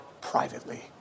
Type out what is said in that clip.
privately